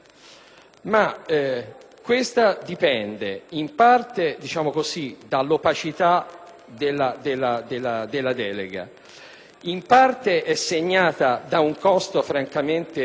ma questa dipende in parte dall'opacità della delega ed in parte è segnata da un costo francamente